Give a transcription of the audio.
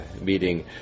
meeting